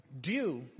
due